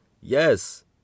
Yes